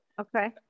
Okay